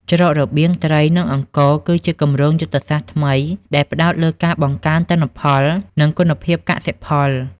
ច្រករបៀងត្រី និងអង្ករ គឺជាគម្រោងយុទ្ធសាស្ត្រថ្មីដែលផ្តោតលើការបង្កើនទិន្នផល និងគុណភាពកសិផល។